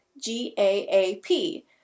G-A-A-P